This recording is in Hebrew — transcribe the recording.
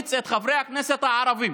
ומשמיץ את חברי הכנסת הערבים,